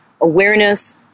awareness